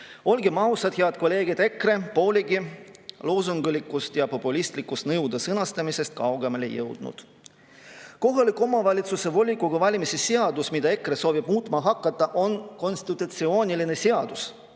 Olgem ausad, head kolleegid, EKRE pole loosunglikust ja populistlikust nõude sõnastamisest kaugemale jõudnud. Kohaliku omavalitsuse volikogu valimise seadus, mida EKRE soovib muutma hakata, on konstitutsiooniline seadus.